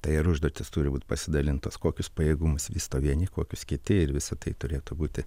tai ir užduotys turi būt pasidalintos kokius pajėgumus vysto vieni kokius kiti ir visą tai turėtų būti